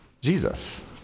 jesus